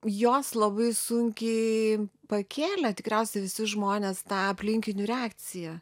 jos labai sunkiai pakėlė tikriausiai visi žmonės tą aplinkinių reakciją